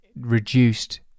reduced